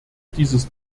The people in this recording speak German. dieses